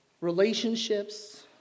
relationships